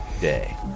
day